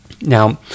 Now